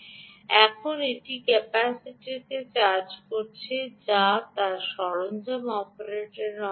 সুতরাং এখন এটি ক্যাপাসিটারটি চার্জ করছে যা তার সরঞ্জাম অপারেটরের অংশ